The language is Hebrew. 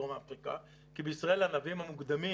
מדרום אפריקה כי בישראל הענבים המוקדמים